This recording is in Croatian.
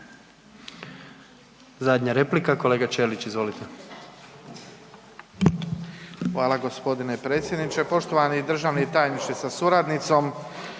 Zadnja replika, kolega Ćelić izvolite. **Ćelić, Ivan (HDZ)** Hvala gospodine predsjedniče. Poštovani državni tajniče sa suradnicom,